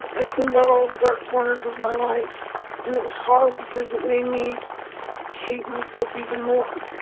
i cleaned out all the dark corners of my life it was hard because it made me hate myself even more